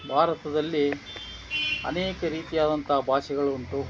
ಭಾರತದಲ್ಲಿ ಅನೇಕ ರೀತಿಯಾದಂಥ ಭಾಷೆಗಳು ಉಂಟು